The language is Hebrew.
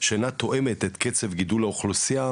שאינה תואמת את קצב גידול האוכלוסייה,